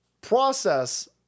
process